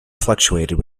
fluctuated